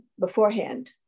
beforehand